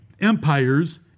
empires